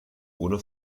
ohne